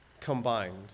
combined